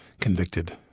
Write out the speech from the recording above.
convicted